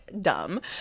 dumb